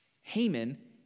Haman